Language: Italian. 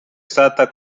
stata